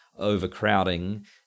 overcrowding